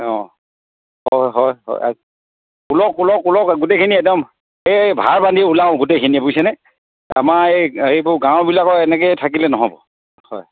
অ' হয় হয় হয় ওলাওক ওলাওক ওলাওক গোটেইখিনি একদম এই ভাৰ বান্ধি ওলাওঁ গোটেইখিনি বুজিছেনে আমাৰ এই হেৰি গাঁওবিলাকৰ এনেকৈ থাকিলে নহ'ব হয়